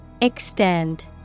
Extend